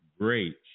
great